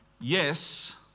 Yes